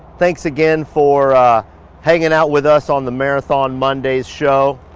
thanks again for hanging out with us on the marathon monday's show